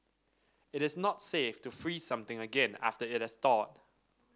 it is not safe to freeze something again after it has thawed